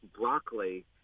broccoli